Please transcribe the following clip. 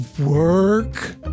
Work